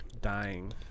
dying